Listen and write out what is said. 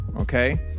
Okay